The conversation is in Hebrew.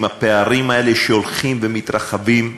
עם הפערים האלה שהולכים ומתרחבים.